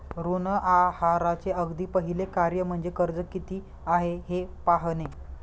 ऋण आहाराचे अगदी पहिले कार्य म्हणजे कर्ज किती आहे हे पाहणे